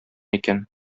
икән